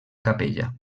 capella